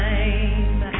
Time